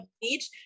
Beach